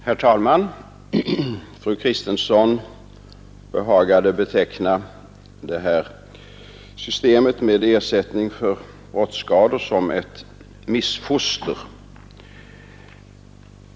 Herr talman! Fru Kristensson behagade beteckna systemet med ersättning för brottsskador som ett missfoster.